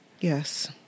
Yes